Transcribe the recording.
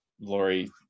Lori